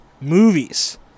movies